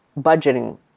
budgeting